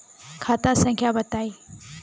खाता संख्या बताई?